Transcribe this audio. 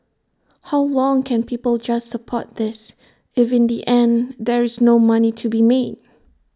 how long can people just support this if in the end there is no money to be made